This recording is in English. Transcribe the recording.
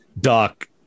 doc